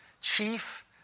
chief